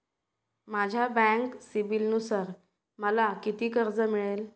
माझ्या बँक सिबिलनुसार मला किती कर्ज मिळेल?